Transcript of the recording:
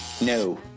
No